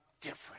different